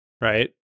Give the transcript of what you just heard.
right